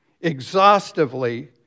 exhaustively